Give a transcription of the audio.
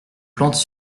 plantes